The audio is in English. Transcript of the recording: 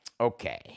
Okay